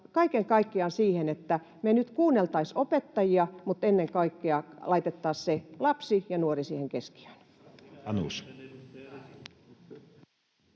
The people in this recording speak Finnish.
Kaiken kaikkiaan on tärkeää, että me nyt kuunneltaisiin opettajia mutta ennen kaikkea laitettaisiin se lapsi ja nuori siihen keskiöön.